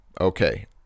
okay